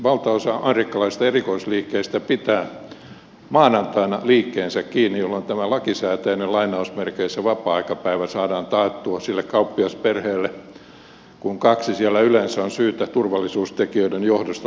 valtaosa amerikkalaisista erikoisliikkeistä pitää maanantaina liikkeensä kiinni jolloin tämä lakisääteinen lainausmerkeissä vapaa aikapäivä saadaan taattua sille kauppiasperheelle kun kaksi siellä yleensä on syytä turvallisuustekijöiden johdosta olla paikalla